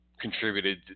contributed